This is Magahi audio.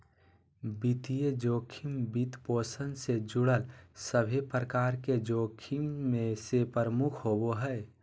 वित्तीय जोखिम, वित्तपोषण से जुड़ल सभे प्रकार के जोखिम मे से प्रमुख होवो हय